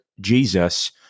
jesus